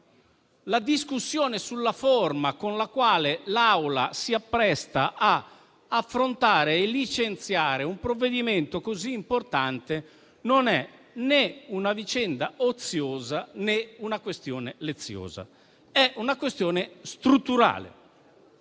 la discussione sulla forma con la quale l'Assemblea si appresta ad affrontare e licenziare un provvedimento così importante non è né una vicenda oziosa, né una questione leziosa. È una questione strutturale